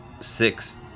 Six